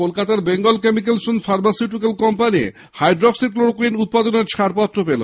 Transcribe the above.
কলকাতার Bengal chemicals and pharmaceutical company hydroxychloroquine উৎপাদনের ছাড়পত্র পেয়েছে